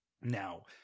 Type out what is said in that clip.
Now